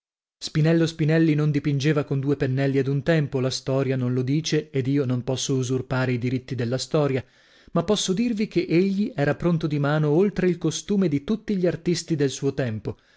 spinello spinelli non dipingeva con due pennelli ad un tempo la storia non lo dice ed io non posso usurpare i diritti della storia ma posso dirvi che egli era pronto di mano oltre il costume di tutti gli artisti del suo tempo